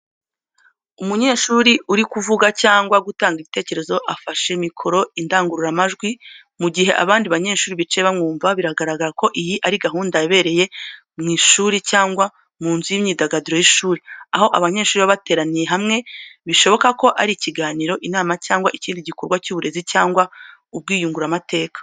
Umunyeshuri uri kuvuga cyangwa gutanga igitekerezo afashe mikoro indangururamajwi, mu gihe abandi banyeshuri bicaye bamwumva. Biragaragara ko iyi ari gahunda yabereye mu ishuri cyangwa mu nzu y'imyidagaduro y'ishuri, aho abanyeshuri baba bateraniye hamwe bishoboka ko ari ikiganiro, inama, cyangwa ikindi gikorwa cy’uburezi cyangwa ubwiyunguramateka.